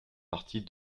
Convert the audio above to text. partie